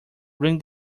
ring